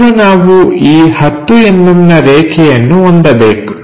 ಮೊದಲು ನಾವು ಈ 10mm ನ ರೇಖೆಯನ್ನು ಹೊಂದಬೇಕು